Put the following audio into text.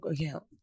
account